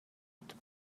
بود